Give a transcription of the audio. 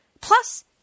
Plus